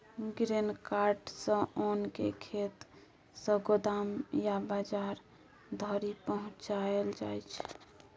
grain cart सँ ओन केँ खेत सँ गोदाम या बजार धरि पहुँचाएल जाइ छै